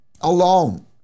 alone